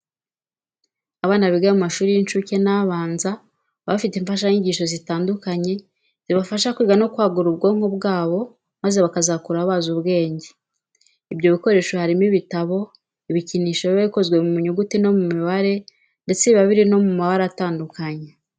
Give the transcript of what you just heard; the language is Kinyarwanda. Abana biga mu mashuri y'incuke n'abanza baba bafite imfashanyigisho zitandukanye zibafasha kwiga no kwagura ubwonko bwabo maze bakazakura bazi ubwenge. Ibyo bikoresho harimo ibitabo, ibikinisho biba bikozwe mu nyuguti no mu mibare ndetse biba biri no mu mabara atandukanye.